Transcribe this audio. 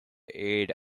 aid